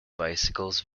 bicycles